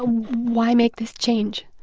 ah why make this change?